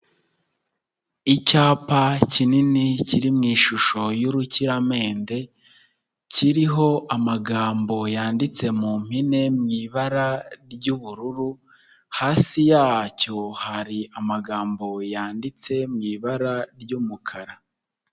Icyapa kinini kiri mu ishusho y'urukiramende kiriho amagambo yanditse mu mpine mu ibara ry'ubururu, hasi yacyo hari amagambo yanditse mu ibara ry'umukara.